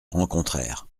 rencontrèrent